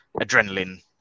adrenaline